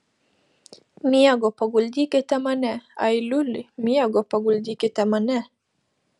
miego paguldykite mane ai liuli miego paguldykite mane